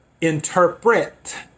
interpret